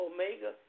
Omega